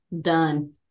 Done